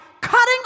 cutting